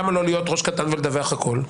למה לו להיות ראש קטן ולדווח הכול?